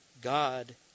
God